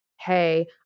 hey